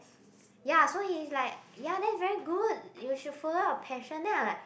ya so he is like ya that's very good you should follow your passion then I like